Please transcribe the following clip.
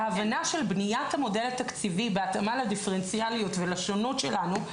וההבנה של בניית המודל התקציבי בהתאמה לדיפרנציאליות ולשונות שלנו,